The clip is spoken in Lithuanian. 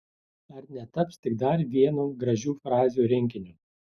ar netaps tik dar vienu gražių frazių rinkiniu